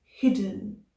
hidden